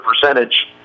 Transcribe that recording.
percentage